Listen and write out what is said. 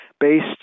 based